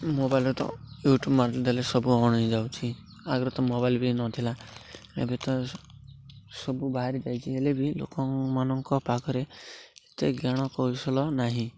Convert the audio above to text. ମୋବାଇଲରେ ତ YouTube ମାରି ଦେଲେ ସବୁ ଅନ୍ ହେଇ ଯାଉଛି ଆଗରୁ ତ ମୋବାଇଲ ବି ନଥିଲା ଏବେ ତ ସବୁ ବାହାରି ଯାଇଛି ହେଲେ ବି ଲୋକମାନଙ୍କ ପାଖରେ ଏତେ ଜ୍ଞାନ କୌଶଳ ନାହିଁ